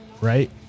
Right